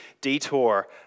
detour